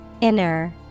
Inner